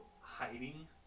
hiding